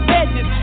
edges